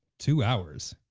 two hours?